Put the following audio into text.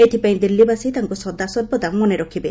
ଏଥିପାଇଁ ଦିଲ୍ଲୀବାସୀ ତାଙ୍କୁ ସଦାସର୍ବଦା ମନେ ରଖିବେ